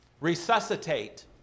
Resuscitate